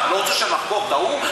אתה לא רוצה שנחקור את ההוא?